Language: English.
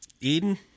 Eden